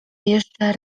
jeszcze